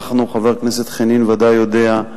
חבר הכנסת חנין ודאי יודע,